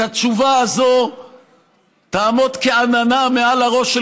התשובה הזאת תעמוד כעננה מעל הראש של